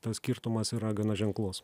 tas skirtumas yra gana ženklus